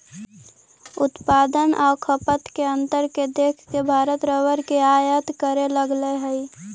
उत्पादन आउ खपत के अंतर के देख के भारत रबर के आयात करे लगले हइ